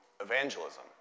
evangelism